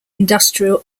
industrial